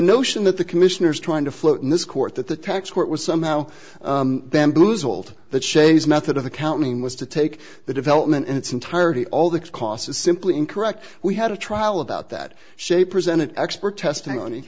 notion that the commissioners trying to float in this court that the tax court was somehow them blues hold that shay's method of accounting was to take the development in its entirety all the costs is simply incorrect we had a trial about that shape presented expert testimony